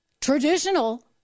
traditional